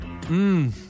Mmm